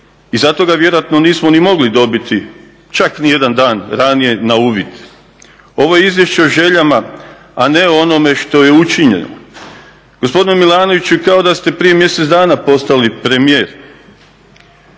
I zato ga vjerojatno nismo ni mogli dobiti čak ni jedan dan ranije na uvid. Ovo je izvješće o željama, a ne o onome što je učinjeno. Gospodine Milanoviću, vi kao da ste prije mjesec dana postali premijer.